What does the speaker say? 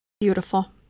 beautiful